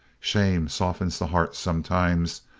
shame softens the heart sometimes,